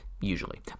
usually